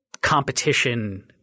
competition